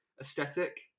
aesthetic